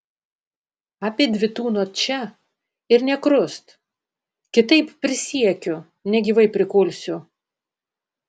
abidvi tūnot čia ir nė krust kitaip prisiekiu negyvai prikulsiu